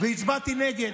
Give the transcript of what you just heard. והצבעתי נגד.